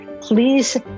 Please